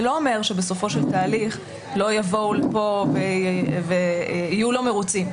זה לא אומר שבסופו של תהליך לא יבואו לפה ויהיו לא מרוצים.